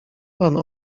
pan